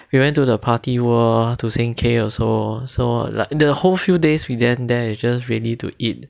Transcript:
we went to the party world to sing K also so like the whole few days we then there you just ready to eat